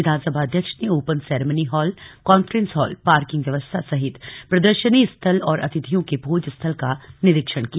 विधानसभा अध्यक्ष ने open ceremony hall conference hall parking व्यवस्था सहित प्रदर्शनी स्थल और अतिथियों के भोज स्थल का निरीक्षण किया